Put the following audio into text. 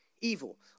Evil